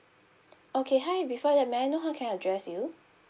okay hi before that may I know how can I address you